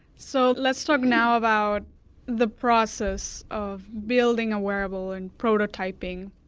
so let's talk now about the process of building a wearable and prototyping.